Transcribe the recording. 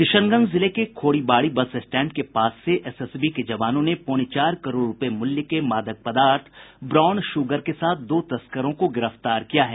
किशनगंज जिले के Khoribari bus stand के पास से एसएसबी के जवानों ने पौने चार करोड़ रूपये मूल्य के मादक पदार्थ ब्राउन शुगर के साथ दो तस्करों को गिरफ्तार किया है